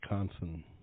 Wisconsin